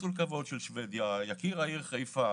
קונסול כבוד של שוודיה, יקיר העיר חיפה.